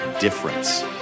Difference